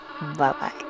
Bye-bye